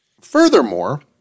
Furthermore